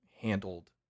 handled